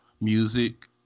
Music